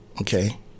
Okay